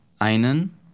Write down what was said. Einen